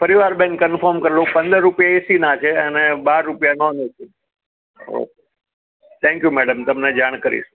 ફરી વાર બેન કન્ફર્મ કરી લવ પંદર રૂપિયા એસીના છે અને બાર રૂપિયા non AC okay thank you madam તમને જાણ કરીશ